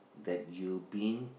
that you been